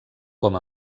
com